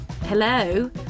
Hello